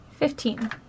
Fifteen